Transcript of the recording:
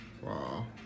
Wow